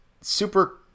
super